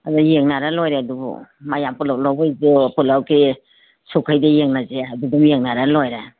ꯑꯗꯨ ꯌꯦꯡꯅꯔ ꯂꯣꯏꯔꯦ ꯑꯗꯨꯕꯨ ꯃꯌꯥꯝ ꯄꯨꯂꯞ ꯂꯧꯕꯩꯁꯨ ꯄꯨꯂꯞꯀꯤ ꯁꯨꯛꯈꯩꯗꯤ ꯌꯦꯡꯅꯁꯦ ꯍꯥꯏꯕꯗꯣ ꯗꯨꯝ ꯌꯦꯡꯅꯔ ꯂꯣꯏꯔꯦ